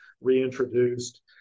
Reintroduced